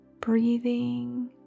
breathing